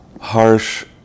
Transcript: harsh